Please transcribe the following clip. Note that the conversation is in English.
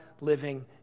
living